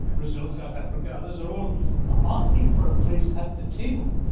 ah brazil. south africa. others. are all asking for a place at the table.